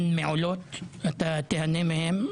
הן מעולות, אתה תיהנה מהן.